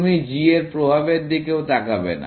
তুমি g এর প্রভাবের দিকেও তাকাবে না